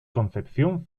concepción